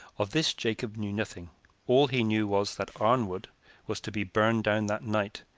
of this jacob knew nothing all he knew was, that arnwood was to be burned down that night,